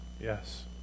Yes